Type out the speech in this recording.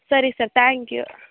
ಸರಿ sir thank you